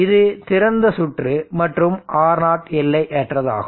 இது திறந்த சுற்று மற்றும் R0 எல்லையற்றது ஆகும்